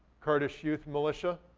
kurdish youth militia,